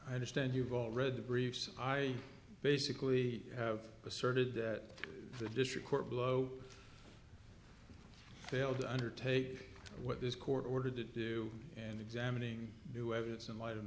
i understand you've already briefs i basically have asserted that the district court below failed to undertake what this court ordered to do and examining new evidence in light of